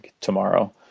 tomorrow